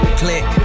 click